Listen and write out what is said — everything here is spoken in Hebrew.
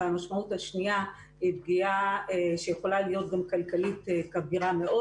המשמעות השנייה היא פגיעה שיכולה להיות גם כלכלית כבירה מאוד.